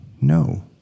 No